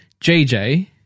JJ